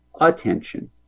attention